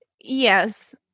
Yes